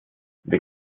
wir